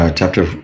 chapter